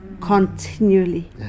continually